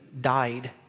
died